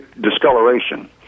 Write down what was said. discoloration